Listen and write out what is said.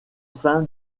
sein